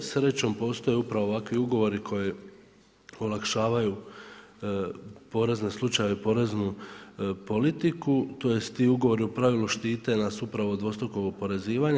Srećom postoje upravo ovakvi ugovori koji olakšavaju porezne slučajeve, poreznu politiku, tj. ti ugovori u pravilu štite nas upravo dvostrukog oporezivanja.